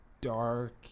Dark